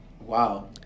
Wow